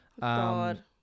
God